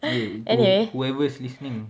eh to whoever's listening